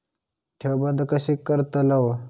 ठेव बंद कशी करतलव?